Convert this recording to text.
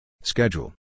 Schedule